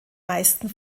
meisten